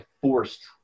forced